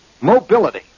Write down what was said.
mobility